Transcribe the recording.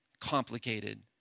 complicated